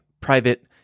private